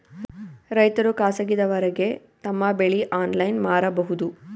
ರೈತರು ಖಾಸಗಿದವರಗೆ ತಮ್ಮ ಬೆಳಿ ಆನ್ಲೈನ್ ಮಾರಬಹುದು?